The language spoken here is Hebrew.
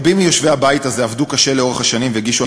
רבים מיושבי הבית הזה עבדו קשה לאורך השנים והגישו